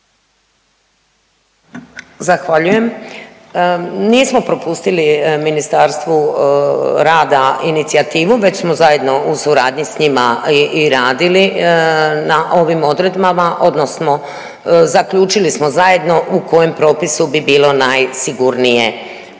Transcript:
Zahvaljujem. Nismo propustili Ministarstvu rada inicijativu već smo zajedno u suradnji s njima i radili na ovim odredbama odnosno zaključili smo zajedno u kojem propisu bi bilo najsigurnije